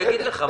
אני אגיד לך,